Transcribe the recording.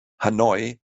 hanoi